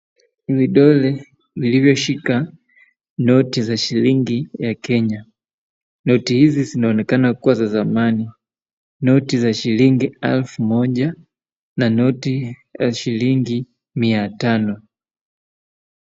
Dole lililoshika noti ya shilingi ya Kenya, noto hizi zinaonekana kuwa za zamani na ni noti za shilingi elfu moja, na noti ya shilingi mia tano.